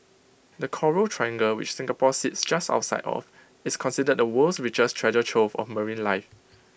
the Coral triangle which Singapore sits just outside of is considered the world's richest treasure trove of marine life